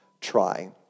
try